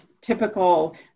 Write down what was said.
typical